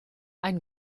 ein